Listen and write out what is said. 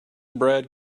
brad